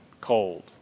cold